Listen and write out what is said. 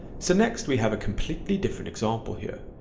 so next we have a completely different example here,